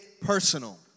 personal